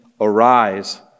Arise